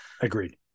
Agreed